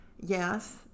Yes